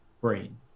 brain